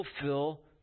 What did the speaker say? fulfill